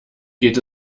geht